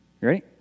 ready